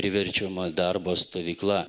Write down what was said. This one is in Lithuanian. priverčiamo darbo stovykla